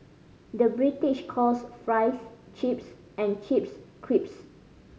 the British calls fries chips and chips crisps